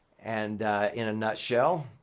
and in a nutshell,